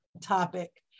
topic